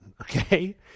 okay